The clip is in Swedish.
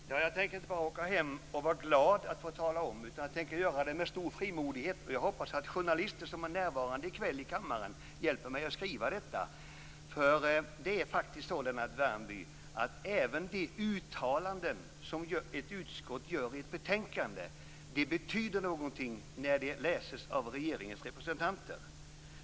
Fru talman! Jag tänker inte bara åka hem och vara glad att få tala om det, utan jag tänker göra det med stor frimodighet. Och jag hoppas att journalister som är närvarande i kväll i kammaren hjälper mig att skriva detta. Det är faktiskt på det sättet, Lennart Värmby, att även de uttalanden som ett utskott gör i ett betänkande betyder något när de läses av regeringens representanter.